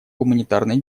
гуманитарной